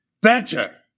better